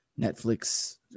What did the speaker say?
Netflix